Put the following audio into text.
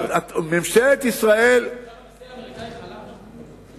ממשלת ישראל, לא חלש.